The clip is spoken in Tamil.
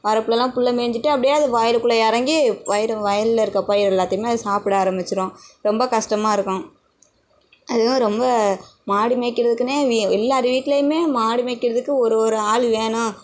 வரப்பிலலாம் புல்லை மேஞ்சிட்டு அப்படே அது வயலுக்குள்ள இறங்கி வயிறு வயல்ல இருக்க பயிர் எல்லாத்தையுமே அது சாப்பிட ஆரமிச்சிடும் ரொம்ப கஸ்டமாக இருக்கும் அதுதான் ரொம்ப மாடு மேய்க்கிறதுக்குனே வீ எல்லார் வீட்லையுமே மாடு மேய்க்கிறதுக்கு ஒரு ஒரு ஆள் வேணும்